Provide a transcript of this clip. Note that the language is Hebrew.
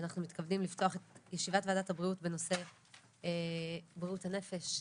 אנחנו מתכבדים לפתוח את ישיבת ועדת הבריאות בנושא בריאות הנפש,